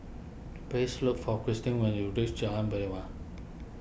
please look for Krystin when you reach Jalan